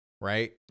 right